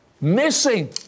missing